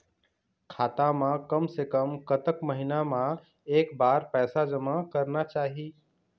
खाता मा कम से कम कतक महीना मा एक बार पैसा जमा करना चाही?